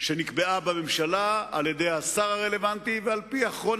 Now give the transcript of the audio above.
שנקבעה בממשלה על-ידי השר הרלוונטי ועל-פי אחרון